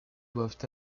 doivent